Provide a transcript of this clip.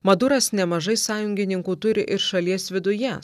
maduras nemažai sąjungininkų turi ir šalies viduje